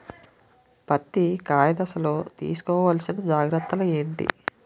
పత్తి కాయ దశ లొ తీసుకోవల్సిన జాగ్రత్తలు ఏంటి?